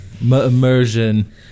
Immersion